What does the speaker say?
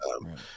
right